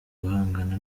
guhangana